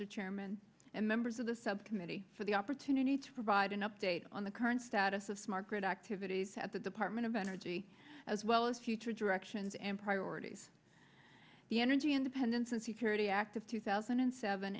chairman and members of the subcommittee for the opportunity to provide an update on the current status of smart grid activities at the department of energy as well as future directions and priorities the energy independence and security act of two thousand and seven